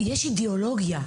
יש אידיאולוגיה.